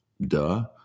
Duh